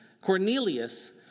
Cornelius